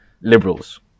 liberals